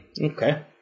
Okay